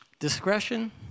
Discretion